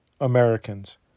Americans